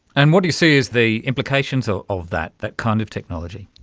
and what do you see is the implications so of that that kind of technology?